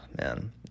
Man